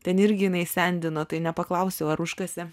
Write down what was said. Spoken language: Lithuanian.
ten irgi jinai sendino tai nepaklausiau ar užkasė